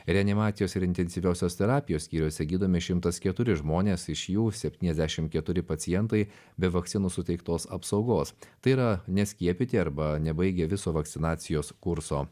reanimacijos ir intensyviosios terapijos skyriuose gydomi šimtas keturi žmonės iš jų septyniasdešimt keturi pacientai be vakcinų suteiktos apsaugos tai yra neskiepyti arba nebaigę viso vakcinacijos kurso